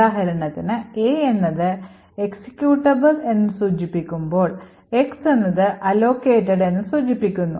ഉദാഹരണത്തിന് A എന്നത് executable എന്ന് സൂചിപ്പിക്കുമ്പോൾ X എന്നത് അലോക്കേറ്റഡ് എന്ന് സൂചിപ്പിക്കുന്നു